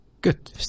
Good